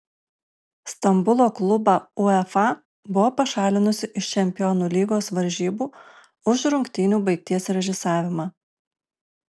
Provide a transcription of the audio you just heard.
stambulo klubą uefa buvo pašalinusi iš čempionų lygos varžybų už rungtynių baigties režisavimą